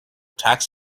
tax